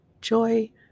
joy